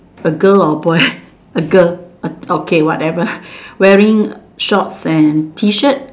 a girl or a boy a girl okay whatever wearing shorts and T shirt